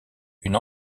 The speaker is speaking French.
une